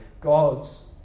gods